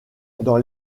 dans